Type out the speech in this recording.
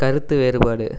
கருத்து வேறுபாடு